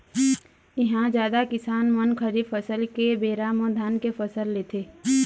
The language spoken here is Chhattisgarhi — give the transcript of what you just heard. इहां जादा किसान मन खरीफ फसल के बेरा म धान के फसल लेथे